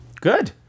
Good